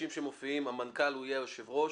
המנכ"ל יהיה היושב-ראש,